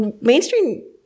mainstream